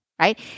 right